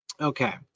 Okay